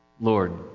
Lord